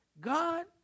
God